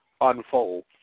unfold